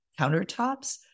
countertops